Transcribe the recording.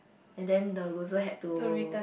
and then the loser had to